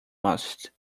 must